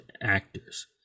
actors